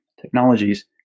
technologies